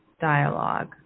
dialogue